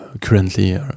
currently